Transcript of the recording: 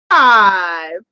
Five